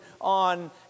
on